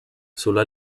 sulla